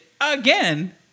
again